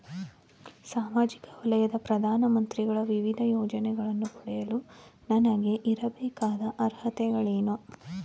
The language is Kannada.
ಸಾಮಾಜಿಕ ವಲಯದ ಪ್ರಧಾನ ಮಂತ್ರಿಗಳ ವಿವಿಧ ಯೋಜನೆಗಳನ್ನು ಪಡೆಯಲು ನನಗೆ ಇರಬೇಕಾದ ಅರ್ಹತೆಗಳೇನು?